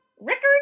Rickard